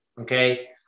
Okay